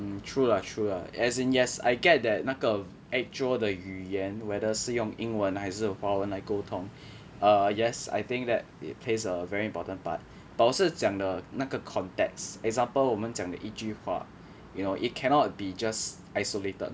true lah true lah as in yes I get that 那个 actual 的语言 whether 是用英文还是华文来沟通 err yes I think that it plays a very important part but 我是讲 the 那个 context example 我们讲的一句 you know it cannot be just isolated